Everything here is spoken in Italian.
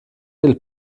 del